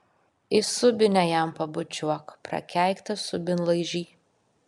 į subinę jam pabučiuok prakeiktas subinlaižy